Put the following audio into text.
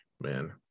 man